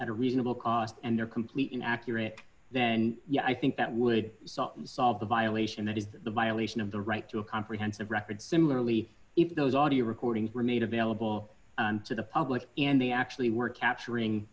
at a reasonable cost and they're complete and accurate then i think that would solve the violation that is the violation of the right to a comprehensive record similarly if those audio recordings were made available to the public and they actually were capturing